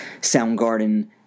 Soundgarden